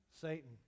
satan